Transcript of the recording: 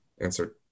answer